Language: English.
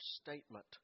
statement